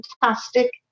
fantastic